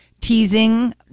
teasing